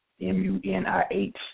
M-U-N-I-H